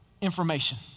information